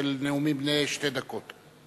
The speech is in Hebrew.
של נאומים בני שתי דקות.